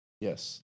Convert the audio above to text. Yes